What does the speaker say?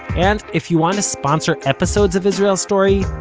and, if you want to sponsor episodes of israel story,